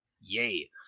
Yay